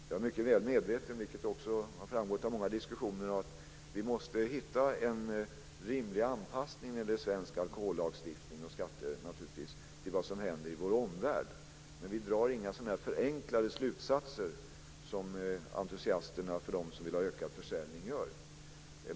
Jag är mycket väl medveten om, vilket också har framgått av många diskussioner, att vi måste hitta en rimlig anpassning av svensk alkohollagstiftning och skatter till det som händer i vår omvärld. Men vi drar inte så förenklade slutsatser som entusiasterna som vill ha ökad försäljning gör.